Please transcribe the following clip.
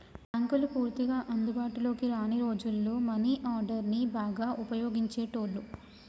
బ్యేంకులు పూర్తిగా అందుబాటులోకి రాని రోజుల్లో మనీ ఆర్డర్ని బాగా వుపయోగించేటోళ్ళు